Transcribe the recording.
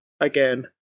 again